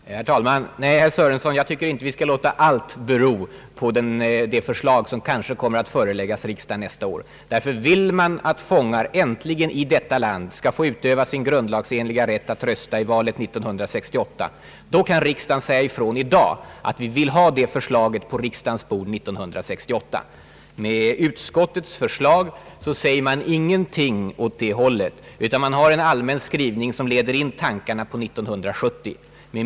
Herr talman! Nej, herr Sörenson, jag tycker inte att vi skall låta allt bero på det förslag som kanske kommer att föreläggas riksdagen nästa år. Vill man att de i vårt land, som är intagna på fångvårdsanstalter, äntligen skall få utöva sin grundlagsenliga rätt att rösta i valet 1968, då skall riksdagen säga ifrån i dag, att vi vill ha detta förslag på riksdagens bord 1968. Med utskottets förslag säger man ingenting åt det hållet. Man har bara en allmän skrivning som leder in tankarna på 1970.